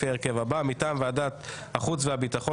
לפי ההרכב הבא: מטעם ועדת החוץ והביטחון